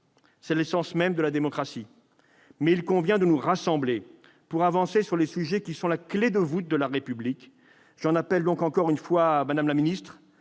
c'est l'essence même de la démocratie, mais il convient de nous rassembler pour avancer sur les sujets qui sont la clé de voûte de la République. J'en appelle donc encore une fois à vous, madame la garde